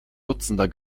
dutzender